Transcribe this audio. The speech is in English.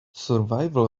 survival